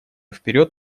вперед